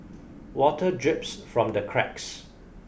water drips from the cracks